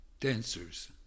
Dancers